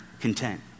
content